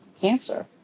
cancer